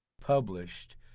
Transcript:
published